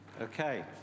Okay